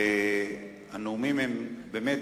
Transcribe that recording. באמת,